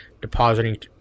depositing